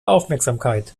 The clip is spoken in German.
aufmerksamkeit